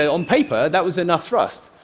ah on paper, that was enough thrust.